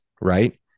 right